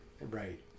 Right